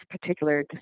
particular